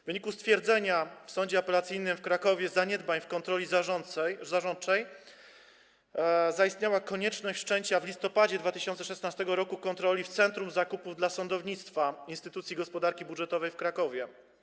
W wyniku stwierdzenia w Sądzie Apelacyjnym w Krakowie zaniedbań w kontroli zarządczej zaistniała konieczność wszczęcia w listopadzie 2016 r. kontroli w Centrum Zakupów dla Sądownictwa Instytucji Gospodarki Budżetowej w Krakowie.